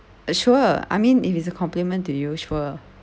uh sure I mean if it's a compliment to you sure